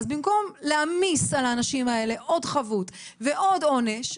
אז במקום להעמיס על האנשים האלה עוד חבות ועוד עונש,